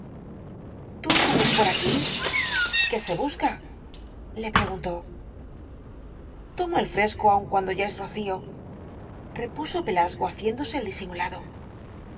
tú por aquí qué se busca le preguntó tomo el fresco aun cuando ya es rocío repuso pelasgo haciéndose el disimulado